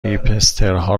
هیپسترها